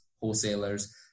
wholesalers